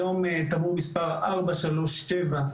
היום תמרור מספר 437,